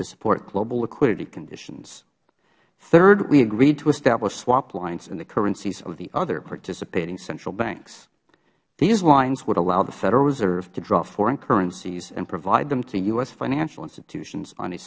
to support global liquidity conditions third we agreed to establish swap lines in the currencies of the other participating central banks these lines would allow the federal reserve to draw foreign currencies and provide them to u s financial institutions on